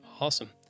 Awesome